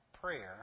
prayer